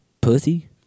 pussy